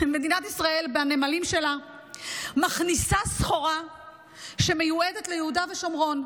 מדינת ישראל בנמלים שלה מכניסה סחורה שמיועדת ליהודה ושומרון.